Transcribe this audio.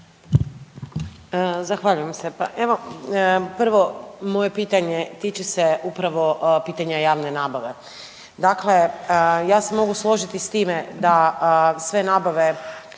Zahvaljujem se. Pa evo prvo moje pitanje tiče se upravo pitanja javne nabave. Dakle, ja se mogu složiti sa time da sve nabave